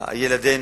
ילדינו,